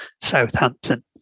Southampton